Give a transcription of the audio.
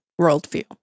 worldview